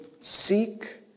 seek